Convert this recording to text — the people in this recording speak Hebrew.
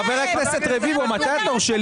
חבר הכנסת רביבו, מתי התור שלי?